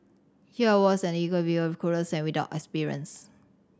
here I was an eager beaver clueless and without experience